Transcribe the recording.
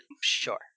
Sure